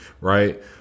Right